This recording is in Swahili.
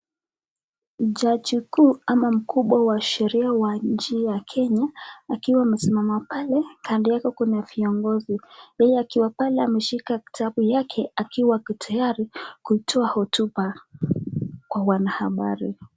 Jaji mkuu ama mkubwa wa sheria wa nchi hii ya Kenya akiwa amesimama pale ,kando yake kuna viongozi. Yeye akiwa pale ameshika kitabu yake akiwa ako tayari kuitoa hotuba kwa wanahabari.